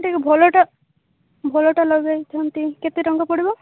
ଟିକେ ଭଲଟା ଭଲଟା ଲଗେଇଥାନ୍ତି କେତେ ଟଙ୍କା ପଡ଼ିବ